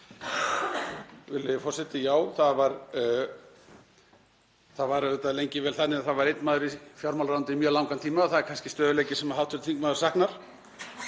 Virðulegi forseti. Já, það var auðvitað lengi vel þannig að það var einn maður í fjármálaráðuneytinu í mjög langan tíma og það er kannski stöðugleiki sem hv. þingmaður saknar.